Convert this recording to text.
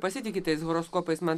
pasitiki tais horoskopais man